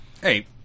Hey